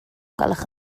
gwelwch